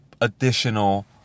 additional